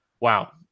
Wow